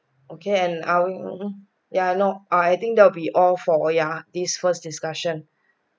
okay and are we ya no I I think that'll be all for ya these first discussion